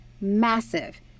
massive